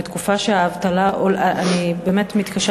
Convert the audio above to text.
בתקופה שהאבטלה עולה אני באמת מתקשה